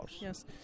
yes